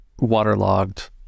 waterlogged